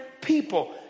people